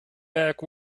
back